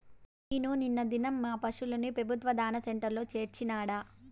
నేను నిన్న దినం మా పశుల్ని పెబుత్వ దాణా సెంటర్ల చేర్చినాడ